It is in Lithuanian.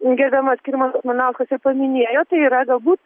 gerbiamas skirmantas malinauskas ir paminėjo tai yra galbūt